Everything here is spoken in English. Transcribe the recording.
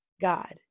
God